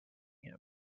him